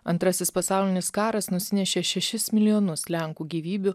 antrasis pasaulinis karas nusinešė šešis milijonus lenkų gyvybių